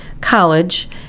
College